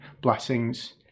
blessings